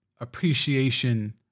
appreciation